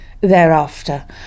thereafter